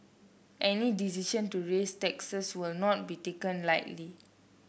any decision to raise taxes will not be taken lightly